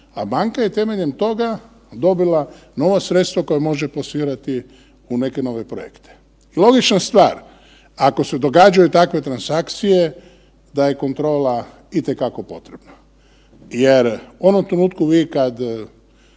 a banka je temeljem toga dobila nova sredstva koja može plasirati u neke nove projekte. Logična stvar, ako se događaju takve transakcije da je kontrola i te kako potrebna jer u onom trenutku vi kad